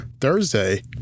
Thursday